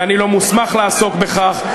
ואני לא מוסמך לעסוק בכך.